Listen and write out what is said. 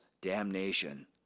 damnation